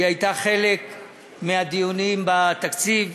שהייתה חלק מהדיונים בתקציב.